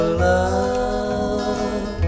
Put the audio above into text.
love